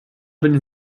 den